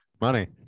money